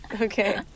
Okay